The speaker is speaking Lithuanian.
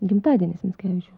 gimtadienis mickevičiaus